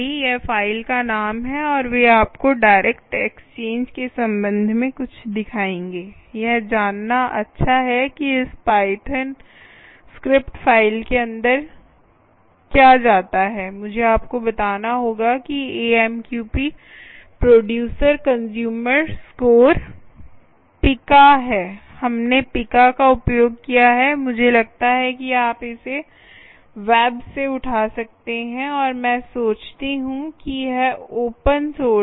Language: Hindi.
यह फ़ाइल का नाम है और वे आपको डायरेक्ट एक्सचेंज के संबंध में कुछ दिखाएंगे यह जानना अच्छा है कि इस पाइथन स्क्रिप्ट फ़ाइल के अंदर क्या जाता है मुझे आपको बताना होगा कि AMQP producer consumer score Pika है हमने पिका का उपयोग किया है मुझे लगता है कि आप इसे वेब से उठा सकते हैं और मैं सोचती हूं कि यह ओपन सोर्स है